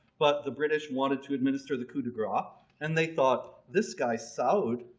but the british wanted to administer the coup de gras and they thought, this guy saud,